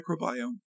microbiome